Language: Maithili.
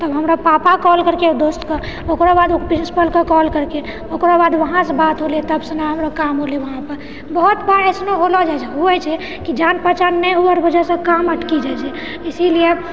तब हमरा पापा कौल करिके दोस्तकेँ ओकरो बाद ओ प्रिन्सिपलकेँ कौल करिके ओकरो बाद वहाँसँ बात होले तबसँ ने काम होलै वहाँ पर बहुत बार अइसनो होलो रहै होइ छै कि जान पहचान नहि हुअऽ रहैके वजहसँ काम अटकि जाइ छै इसिलिए